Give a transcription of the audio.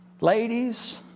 Ladies